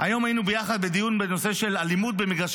באלימות בחברה